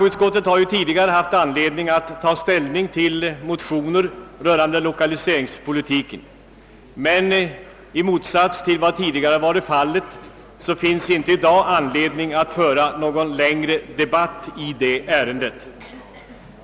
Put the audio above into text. Utskottet har tidigare haft att ta ställning till motioner rörande lokaliseringspolitiken, men i motsats till vad som tidigare varit fallet finns i dag inte anledning att föra någon längre debatt i ärendet.